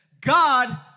God